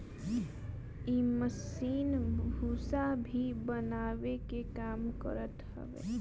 इ मशीन भूसा भी बनावे के काम करत हवे